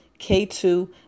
K2